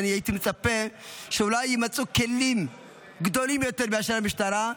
ואני הייתי מצפה שאולי יימצאו כלים גדולים יותר מאשר המשטרה,